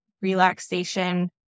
relaxation